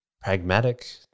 pragmatic